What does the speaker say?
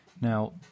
Now